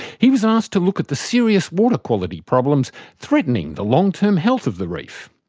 he was asked to look at the serious water quality problems threatening the long term health of the reef.